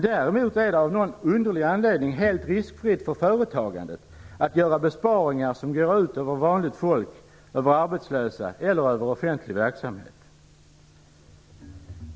Däremot är det av någon underlig anledning helt riskfritt för företagandet att göra besparingar som går ut över vanligt folk, över arbetslösa eller över offentlig verksamhet.